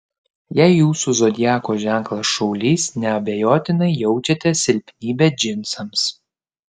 jei jūsų zodiako ženklas šaulys neabejotinai jaučiate silpnybę džinsams